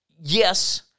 yes